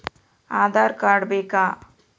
Aadhaar card ಬೇಕಾ?